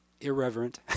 irreverent